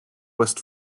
west